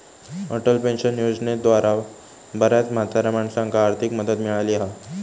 Atal pension योजनेद्वारा बऱ्याच म्हाताऱ्या माणसांका आर्थिक मदत मिळाली हा